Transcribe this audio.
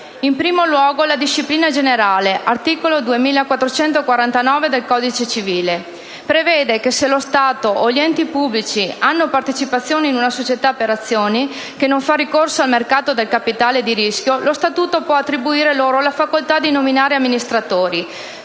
In primo luogo, la disciplina generale, (articolo 2449 del codice civile) prevede che se lo Stato o gli enti pubblici hanno partecipazioni in una società per azioni che non fa ricorso al mercato del capitale di rischio, lo statuto può attribuire loro la facoltà di nominare amministratori,